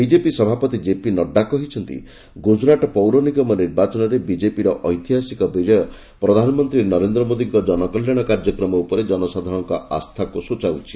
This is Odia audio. ବିଜେପି ସଭାପତି ଜେପି ନଡ୍ରା କହିଛନ୍ତି ଗୁଜୁରାଟ ପୌର ନିଗମ ନିର୍ବାଚନରେ ବିକେପିର ଏତିହାସିକ ବିଜୟ ପ୍ରଧାନମନ୍ତ୍ରୀ ନରେନ୍ଦ୍ର ମୋଦିଙ୍କ ଜନକଲ୍ୟାଣ କାର୍ଯ୍ୟକ୍ରମ ଉପରେ ଜନସାଧାରଣଙ୍କ ଆସ୍ଥାକୁ ସ୍କଚାଉଛି